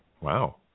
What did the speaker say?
Wow